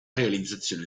realizzazione